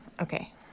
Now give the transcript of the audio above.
Okay